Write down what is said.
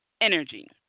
energy